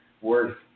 worth